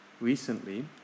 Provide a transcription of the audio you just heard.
Recently